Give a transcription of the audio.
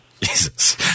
Jesus